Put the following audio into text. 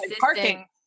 parking